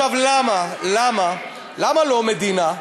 באיזה זכות, עכשיו למה, למה לא מדינה?